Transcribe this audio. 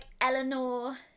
Eleanor